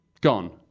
gone